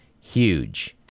huge